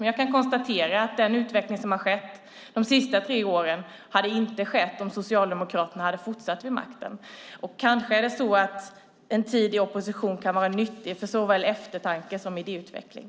Men jag kan konstatera att den utveckling som har skett de senaste tre åren inte hade skett om Socialdemokraterna hade fortsatt vid makten. Kanske kan en tid i opposition vara nyttig för såväl eftertanke som idéutveckling.